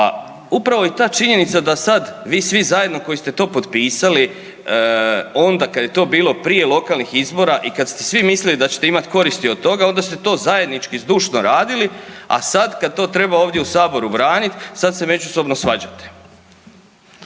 Pa upravo i ta činjenica da sad vi svi zajedno koji ste to potpisali onda kad je to bilo prije lokalnih izbora i da kad ste svi mislili da ćete imati koristi od toga onda ste to zajednički zdušno radili, a sad kad to treba ovdje u saboru braniti sad se međusobno svađate.